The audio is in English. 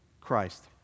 Christ